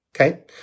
okay